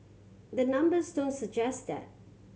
the numbers don't suggest that